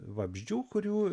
vabzdžių kurių